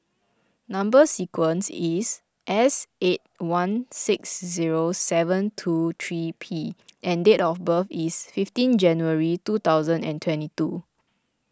Number Sequence is S eight one six zero seven two three P and date of birth is fifteen January two thousand and twenty two